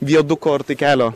viaduko ar tai kelio